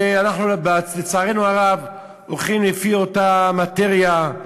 ואנחנו, לצערנו הרב, הולכים לפי אותה מאטריה.